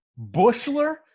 Bushler